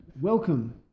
Welcome